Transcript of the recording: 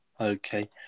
Okay